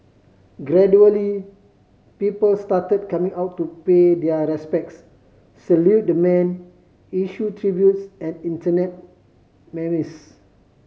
gradually people started coming out to pay their respects salute the man issue tributes and Internet memes